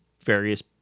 various